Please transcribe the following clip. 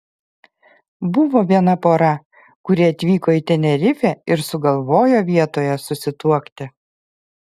buvo viena pora kuri atvyko į tenerifę ir sugalvojo vietoje susituokti